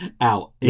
out